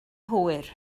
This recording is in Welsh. hwyr